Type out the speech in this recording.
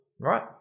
Right